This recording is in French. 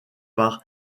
par